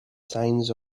signs